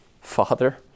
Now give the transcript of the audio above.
Father